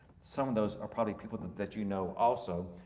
some of those are probably people that you know also.